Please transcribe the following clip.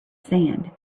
sand